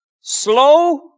slow